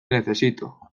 necesito